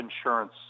insurance